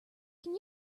can